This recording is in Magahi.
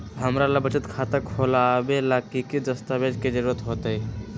हमरा के बचत खाता खोलबाबे ला की की दस्तावेज के जरूरत होतई?